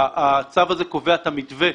והצו הזה קובע את המתווה.